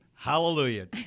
Hallelujah